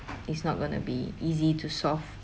it's not gonna be easy to solve